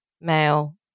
male